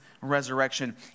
resurrection